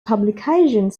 publications